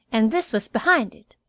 and this was behind it.